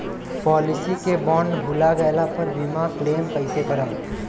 Policy के bond भुला गैला पर बीमा क्लेम कईसे करम?